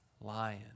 lion